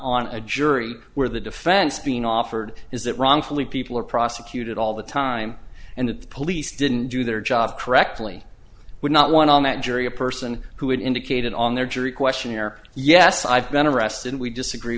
on a jury where the defense being offered is that wrongfully people are prosecuted all the time and that the police didn't do their job correctly would not want on that jury a person who had indicated on their jury questionnaire yes i've been arrested we disagree